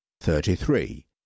thirty-three